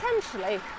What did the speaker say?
potentially